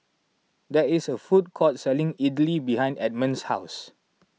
there is a food court selling Idili behind Edmon's house